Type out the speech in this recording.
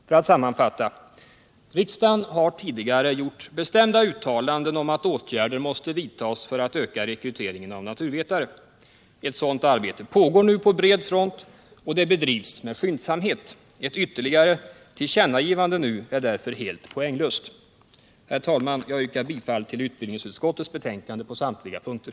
För att sammanfatta: Riksdagen har tidigare gjort bestämda uttalanden om att åtgärder måste vidtas för att öka rekryteringen av naturvetare. Ett sådant arbete pågår nu på bred front, och det bedrivs med skyndsamhet. Ett ytterligare tillkännagivande nu är därför helt poänglöst. Herr talman! Jag yrkar bifall till utbildningsutskottets betänkande på samtliga punkter.